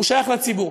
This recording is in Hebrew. הוא שייך לציבור.